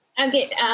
Okay